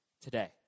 today